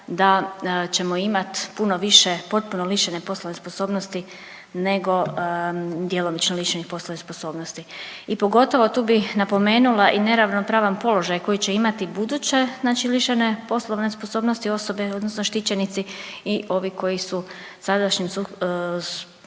da ćemo imat puno više potpuno lišene poslovne sposobnosti nego djelomično lišenje poslovne sposobnosti. I pogotovo tu bi napomenula i neravnopravan položaj koji će imati buduće znači lišene poslovne sposobnosti osobe odnosno štićenici i ovi koji su sadašnjim